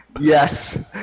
yes